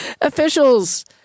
Officials